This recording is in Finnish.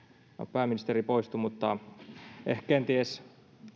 pääministeri poistui mutta ehkä kenties